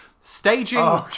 Staging